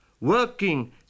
working